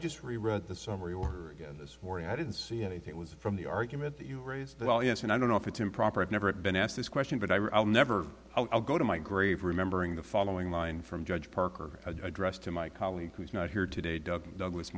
just rewrote the summary order again this morning i didn't see anything was from the argument that you raised well yes and i don't know if it's improper i've never been asked this question but i'll never i'll go to my grave remembering the following line from judge parker addressed to my colleague who's not here today doug doug